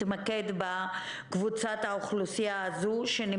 שונים, כמו בניהול כל המשבר הזה.